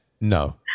no